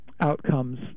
outcomes